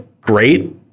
great